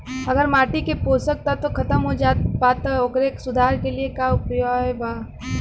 अगर माटी के पोषक तत्व खत्म हो जात बा त ओकरे सुधार के लिए का उपाय बा?